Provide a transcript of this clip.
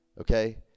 okay